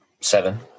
seven